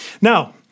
Now